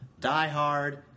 diehard